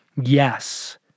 Yes